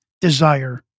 desire